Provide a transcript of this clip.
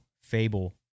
Fable